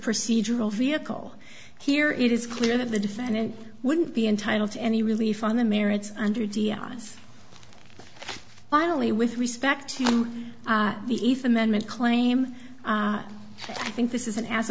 procedural vehicle here it is clear that the defendant wouldn't be entitled to any relief on the merits under diaz finally with respect to the east amendment claim that i think this is an as